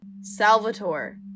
Salvatore